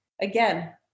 again